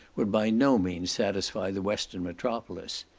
would by no means satisfy the western metropolis.